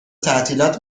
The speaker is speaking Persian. تعطیلات